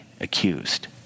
accused